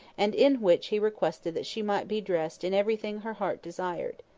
and in which he requested that she might be dressed in everything her heart desired.